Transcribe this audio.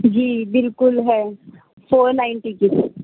جی بالکل ہے four ninety کی